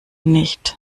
nicht